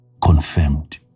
confirmed